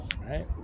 right